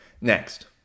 Next